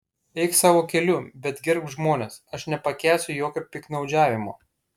eik savo keliu bet gerbk žmones aš nepakęsiu jokio piktnaudžiavimo